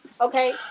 okay